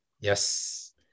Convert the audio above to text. Yes